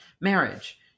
Marriage